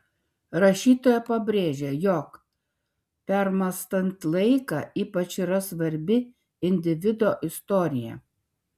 rašytoja pabrėžia jog permąstant laiką ypač yra svarbi individo istorija